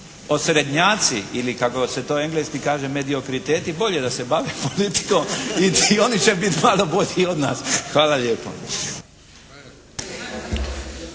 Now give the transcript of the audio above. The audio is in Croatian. osrednjaci ili kako se to engleski kaže mediokriteti, bolje da se bave politikom i oni će biti malo bolji od nas. Hvala lijepo.